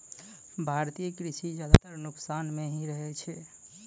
भारतीय कृषि ज्यादातर नुकसान मॅ ही रहै छै